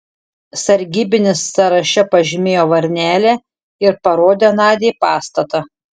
sargybinis sąraše pažymėjo varnelę ir parodė nadiai pastatą